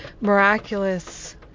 miraculous